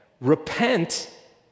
repent